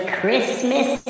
Christmas